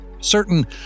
Certain